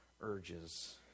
urges